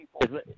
people